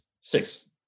six